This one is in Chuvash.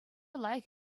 лайӑх